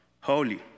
holy